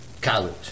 college